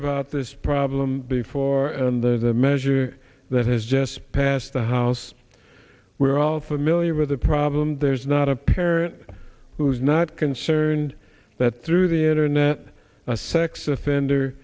about this problem before and the measure that has just passed the house we're all familiar with the problem there's not a parent who's not concerned that through the internet a sex offender